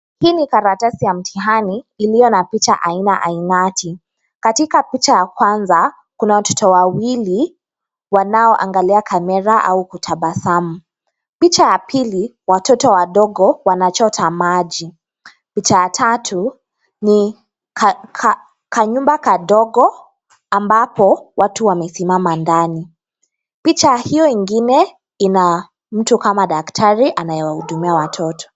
Hi ni karatasi ya mtihani, iliyo na picha aina aimati, katika picha ya kwanza, kuna watoto wawili, wanao angalia kamera au kutabasamu, picha ya pili, watoto wadogo, wanachota maji, picha ya tatu, ni, ka, ka, kanyumba kadogo, ambapo, watu wamesimama ndani, picha hio ingine, ina, mtu kama daktari anaye wahudumia watoto.